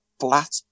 flat